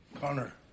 Connor